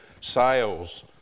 sales